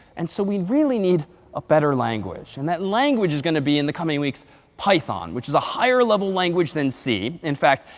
and so we really need a better language. and that language is going to be in the coming weeks python, which is a higher level language than c. in fact,